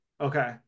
okay